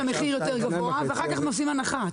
המחיר כך שהוא יותר גבוה ואחר כך עושים הנחה.